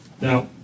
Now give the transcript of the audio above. Now